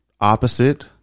opposite